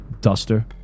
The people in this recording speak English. duster